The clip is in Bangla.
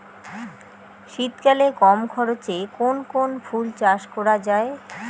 শীতকালে কম খরচে কোন কোন ফুল চাষ করা য়ায়?